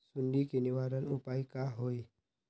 सुंडी के निवारण उपाय का होए?